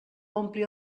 ompli